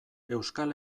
euskal